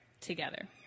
together